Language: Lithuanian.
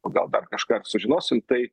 o gal dar kažką sužinosim tai